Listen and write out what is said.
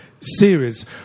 series